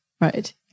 right